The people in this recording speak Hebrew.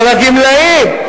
אבל הגמלאים.